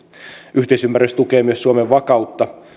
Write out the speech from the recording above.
yhteisymmärrys tukee myös suomen vakautta